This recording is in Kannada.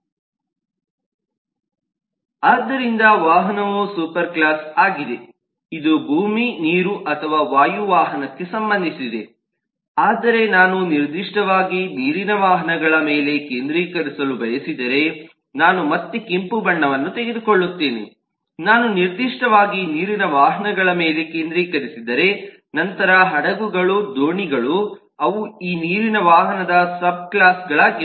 ಆದ್ದರಿಂದ ವಾಹನವು ಸೂಪರ್ ಕ್ಲಾಸ್ ಆಗಿದೆ ಇದು ಭೂಮಿ ನೀರು ಅಥವಾ ವಾಯು ವಾಹನಕ್ಕೆ ಸಂಬಂಧಿಸಿದೆ ಆದರೆ ನಾನು ನಿರ್ದಿಷ್ಟವಾಗಿ ನೀರಿನ ವಾಹನಗಳ ಮೇಲೆ ಕೇಂದ್ರೀಕರಿಸಲು ಬಯಸಿದರೆ ನಾನು ಮತ್ತೆ ಕೆಂಪು ಬಣ್ಣವನ್ನು ತೆಗೆದುಕೊಳ್ಳುತ್ತೇನೆ ನಾನು ನಿರ್ದಿಷ್ಟವಾಗಿ ನೀರಿನ ವಾಹನಗಳ ಮೇಲೆ ಕೇಂದ್ರೀಕರಿಸಿದರೆ ನಂತರ ಹಡಗುಗಳು ದೋಣಿಗಳು ಅವು ಈ ನೀರಿನ ವಾಹನದ ಸಬ್ ಕ್ಲಾಸ್ಗಳಾಗಿವೆ